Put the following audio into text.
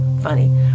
funny